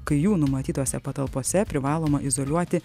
kai jų numatytose patalpose privaloma izoliuoti